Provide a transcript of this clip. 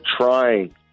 trying